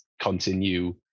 continue